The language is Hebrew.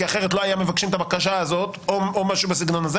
כי אחרת לא היו מבקשים את הבקשה הזאת או משהו בסגנון הזה